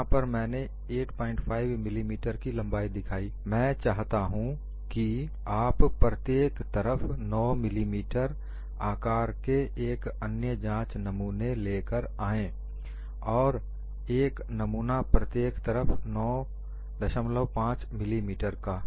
यहां पर मैंने 85 मिली मीटर की लंबाई दिखाइ मैं चाहता हूं कि आप प्रत्येक तरफ 9 मिलीमीटर आकार के एक अन्य जांच नमूने लेकर आएं एक और नमूना प्रत्येक तरफ 95 मिलीमीटर का